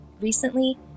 Recently